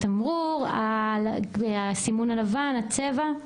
התמרור, הסימון הלבן, הצבע?